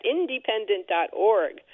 Independent.org